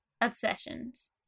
obsessions